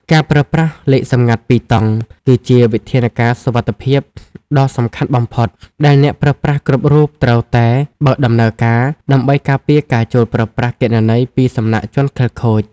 ការប្រើប្រាស់ លេខសម្ងាត់ពីរតង់ គឺជាវិធានការសុវត្ថិភាពដ៏សំខាន់បំផុតដែលអ្នកប្រើប្រាស់គ្រប់រូបត្រូវតែបើកដំណើរការ ដើម្បីការពារការចូលប្រើប្រាស់គណនីពីសំណាក់ជនខិលខូច។